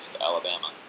Alabama